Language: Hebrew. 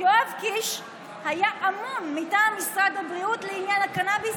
יואב קיש היה אמון מטעם משרד הבריאות על עניין הקנביס,